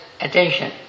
attention